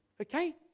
Okay